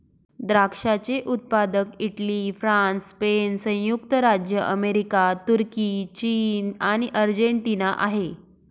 द्राक्षाचे उत्पादक Italy, France, Spain, संयुक्त राज्य अमेरिका, तुर्की, चीन आणि अर्जेंटिना आहे